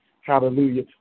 Hallelujah